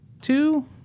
two